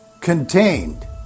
contained